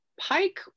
Pike